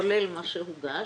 כולל מה שהוגש,